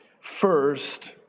First